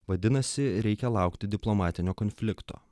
vadinasi reikia laukti diplomatinio konflikto